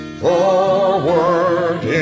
forward